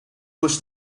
was